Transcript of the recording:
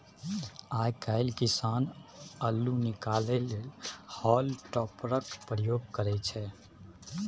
आइ काल्हि किसान अल्लु निकालै लेल हॉल टॉपरक प्रयोग करय छै